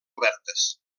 obertes